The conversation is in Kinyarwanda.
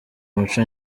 muco